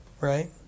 Right